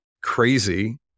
crazy